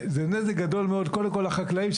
זה נזק גדול מאוד קודם כל לחקלאים,